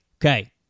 Okay